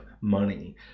money